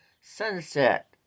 Sunset